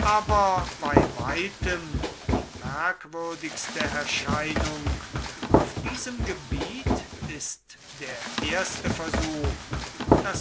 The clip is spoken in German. aber bei weitem die merkwürdigste erscheinung auf diesem gebiet ist der erste versuch das